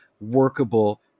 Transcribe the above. workable